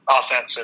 offensive